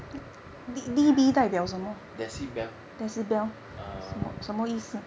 decibel err